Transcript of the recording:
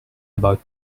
about